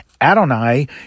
Adonai